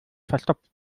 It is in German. verstopft